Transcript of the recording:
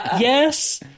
Yes